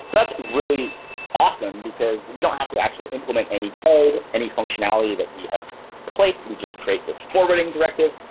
that's really awesome, because we don't have to actually implement any code, any functionality that we have replaced. we just create this forwarding directive.